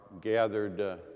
gathered